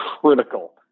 critical